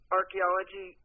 archaeology